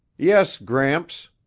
yes, gramps,